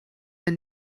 wenn